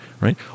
right